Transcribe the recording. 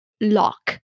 lock